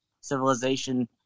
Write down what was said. civilization